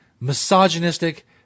misogynistic